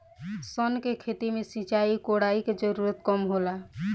सन के खेती में सिंचाई, कोड़ाई के जरूरत कम होला